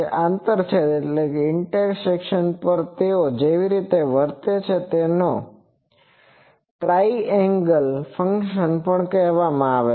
આંતરછેદ પર તેઓ જેવી રીતે વર્તે છે તેને ટ્રાઈએંગલ ફંક્શન પણ કહેવામાં આવે છે